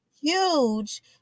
huge